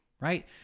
right